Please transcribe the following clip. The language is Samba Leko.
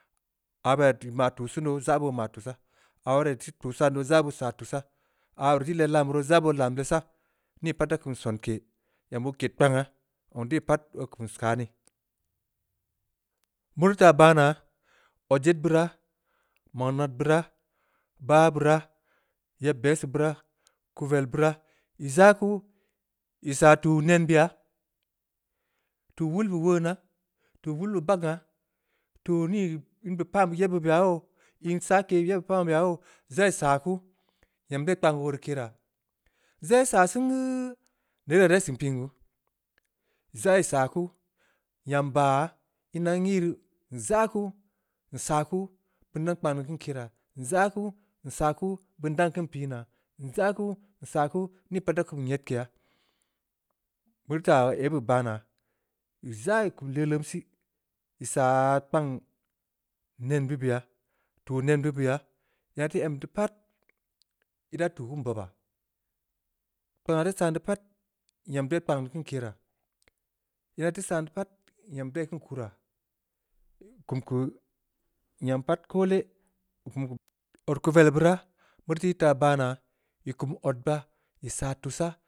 Aah beuraa ii maa tuu sen doo, zaa boo ma tussah, aah beuraa ii teu tuu san doo zaa boo saa tussah, aah beuraa ii teu leh lam roo zaa boo lam lessah, nii pat da kum sonke, nyam oo ked kpangha, zong de pat oo kum kani, meurii taa baa naa, odjed beuraa, mangnad beuraa, bah beuraa, yeb bengseu beuraa, kuvel beuraa, ii zaa kuu, ii saa tuu nenbeya. tuu wul be wona, tuu wul bw bagnha, tuu nii, in be pan be yeb beuraa yoo, in sake yebbeu be ya yoo, zaa ii saa kuu, nyam dai kpang oo rii keraa, zai ii saa sen geuuu, nere dai seun piin gu? Zaa ii saa kuu, nyam baa yaa, ina n-ii rii, nzaa kuu, nsaa kuu, beun dan kpang deu keraa, nzaa kuu, nsaa kuu, beun dan keun pii naa, nzaa kuu, nsaa kuu, nii pat da kum nyedkeya, meurii ta aibe baa naa, ii kum ii leuleum sih, ii saa kpang nenbeu beya, tuu nen beu beyaa, ina teu em deu pat, ii daa tuu keun bobaa, kpangh ii teu ssan deu pat, nyam dai kpang deu keun keraa, ina teu san deu pat, nyam dai keun kura. ii kum keu nyam pat koole, ii kum keu odkuvel beuraa, meurii taa baa naa, ii kum odba, ii saa tusaah.